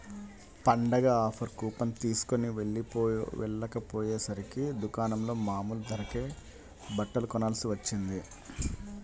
పండగ offer coupon తీస్కొని వెళ్ళకపొయ్యేసరికి దుకాణంలో మామూలు ధరకే బట్టలు కొనాల్సి వచ్చింది